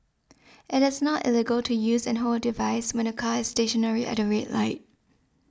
it is not illegal to use and hold a device when the car is stationary at the red light